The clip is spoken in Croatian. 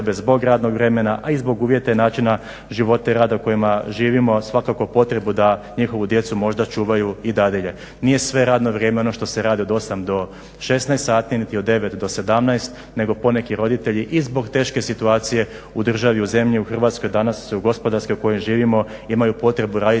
zbog radnog vremena, a i zbog uvjeta i načina života i rada u kojima živimo svakako potrebu da njihovu djecu možda čuvaju i dadilje. Nije sve radno vrijeme ono što se radi od 8 do 16 sati niti od 9 do 17 nego poneki roditelji i zbog teške situacije u državi, u zemlji, u Hrvatskoj danas, gospodarske u kojima živimo imaju potrebu raditi